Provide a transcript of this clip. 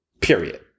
Period